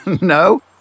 No